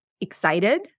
excited